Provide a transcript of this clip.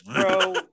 Bro